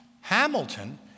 Hamilton